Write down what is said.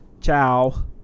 Ciao